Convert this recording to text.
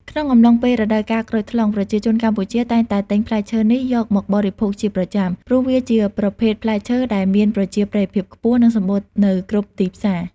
ក្នុងអំឡុងពេលរដូវកាលក្រូចថ្លុង ប្រជាជនកម្ពុជាតែងតែទិញផ្លែឈើនេះយកមកបរិភោគជាប្រចាំ ព្រោះវាជាប្រភេទផ្លែឈើដែលមានប្រជាប្រិយភាពខ្ពស់ និងសម្បូរនៅគ្រប់ទីផ្សារ។